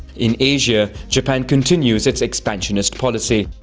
in asia, japan continues its expansionist policy.